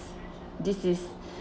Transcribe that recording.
this is